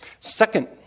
second